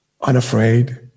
unafraid